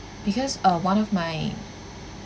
because uh one of my